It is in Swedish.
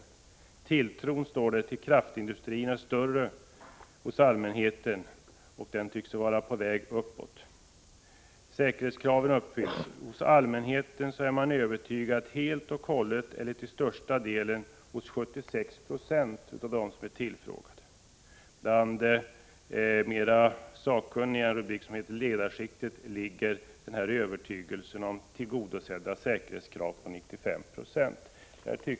Under den rubriken kan man läsa följande: ”Tilltron till kraftindustrin är större hos ledarskiktet än hos allmänheten, men tycks vara på väg uppåt ——-.” När det gäller frågan om huruvida säkerhetskraven uppfylls har man i tabellform redovisat vad allmänheten resp. ledarskiktet anser. Man har också gjort följande uppdelning: helt och hållet övertygad, till största delen/delvis övertygad, inte övertygad och vet ej. Av tabellen framgår att allmänheten helt och hållet är övertygad om att säkerhetskraven uppfylls. 76 Yo av de tillfrågade ansåg att de till största delen var uppfyllda. Bland mer sakkunniga personer — alltså inom ledarskiktet — är 95 96 övertygade om att säkerhetskraven tillgodoses.